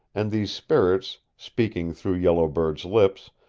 and these spirits, speaking through yellow bird's lips,